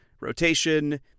rotation